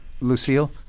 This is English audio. Lucille